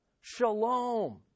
shalom